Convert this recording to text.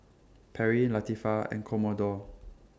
Perri Latifah and Commodore